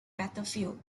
battlefield